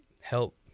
help